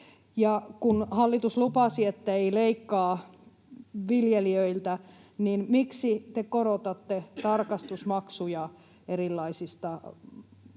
kun hallitus lupasi, ettei leikkaa viljelijöiltä, niin miksi te korotatte tarkastusmaksuja erilaisista